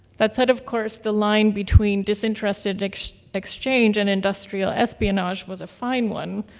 that said, of course, the line between disinterested exchange and industrial espionage was a fine one.